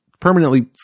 Permanently